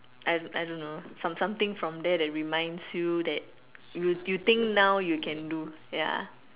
I I don't know some something from there that reminds you that you you think now you can do ya